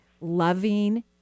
loving